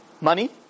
Money